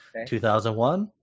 2001